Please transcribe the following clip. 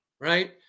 Right